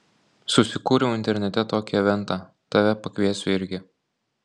susikūriau internete tokį eventą tave pakviesiu irgi